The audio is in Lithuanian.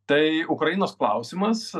tai ukrainos klausimas